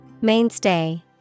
Mainstay